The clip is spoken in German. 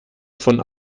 von